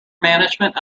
management